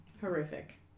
Horrific